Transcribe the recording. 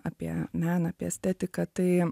apie meną apie estetiką tai